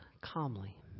calmly